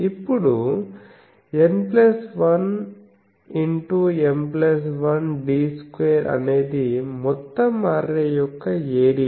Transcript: ఇప్పుడు N1M1d2 అనేది మొత్తం అర్రే యొక్క ఏరియా